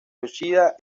yoshida